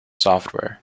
software